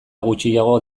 gutxiago